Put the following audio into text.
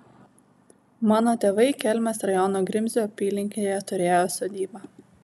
mano tėvai kelmės rajono grimzių apylinkėje turėjo sodybą